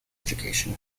education